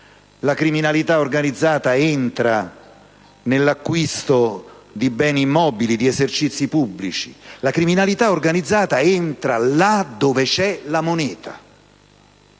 la criminalità organizzata entrano negli appalti, nell'acquisto di beni immobili e di esercizi pubblici; la criminalità organizzata entra là dove c'è la moneta.